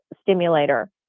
stimulator